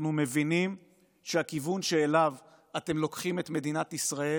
אנחנו מבינים שהכיוון שאליו אתם לוקחים את מדינת ישראל